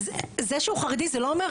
זה שהוא חרדי זה לא אומר.